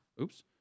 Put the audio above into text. Oops